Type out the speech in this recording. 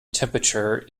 temperature